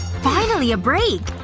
finally, a break.